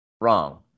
wrong